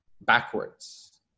backwards